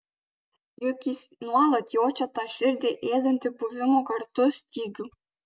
juk jis nuolat jaučia tą širdį ėdantį buvimo kartu stygių